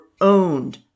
owned